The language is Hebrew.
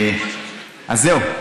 אז זהו.